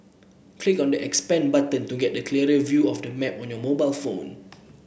click on the expand button to get a clearer view of the map on your mobile phone